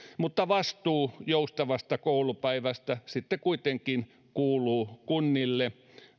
mutta vastuu joustavasta koulupäivästä kuitenkin kuuluu kunnille